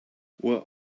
what